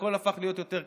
שהכול הפך להיות יותר קשה.